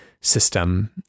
system